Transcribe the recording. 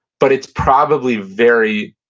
but it's probably very,